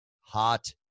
hot